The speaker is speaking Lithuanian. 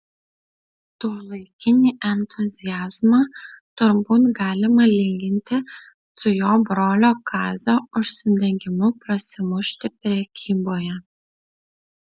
tuolaikinį entuziazmą turbūt galima lyginti su jo brolio kazio užsidegimu prasimušti prekyboje